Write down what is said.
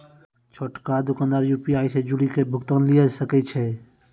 छोटका दोकानदार यू.पी.आई से जुड़ि के भुगतान लिये सकै छै